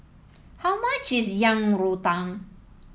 how much is Yang Rou Tang